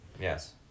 Yes